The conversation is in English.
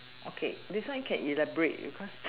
okay this one can elaborate because